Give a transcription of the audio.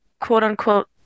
quote-unquote